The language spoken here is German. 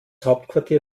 hauptquartier